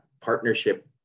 partnership